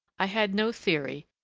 i had no theory,